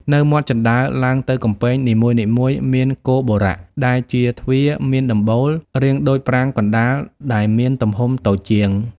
នៅមាត់ជណ្តើរឡើងទៅកំពែងនីមួយៗ មានគោបុរៈ ដែលជាទ្វារមានដំបូលរាងដូចប្រាង្គកណ្តាល តែមានទំហំតូចជាង។